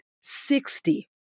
sixty